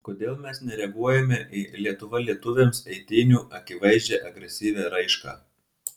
kodėl mes nereaguojame į lietuva lietuviams eitynių akivaizdžią agresyvią raišką